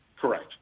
Correct